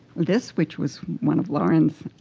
this, which was one of lauren's